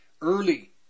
Early